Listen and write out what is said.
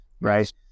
right